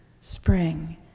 spring